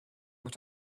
what